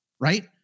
right